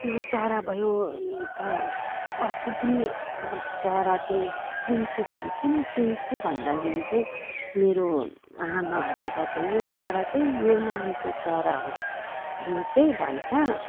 त्यो चरा भयो अनि त अर्को पनि मतलब चरा चाहिँ चिन्छु फेरि किन चिन्छु भन्दाखेरि चाहिँ मेरो आमाहरूले बतायो यो चरा चाहिँ यो नामको चरा हो यो चाहिँ भन्छ